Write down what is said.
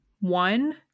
one